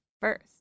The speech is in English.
first